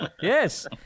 yes